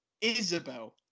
Isabel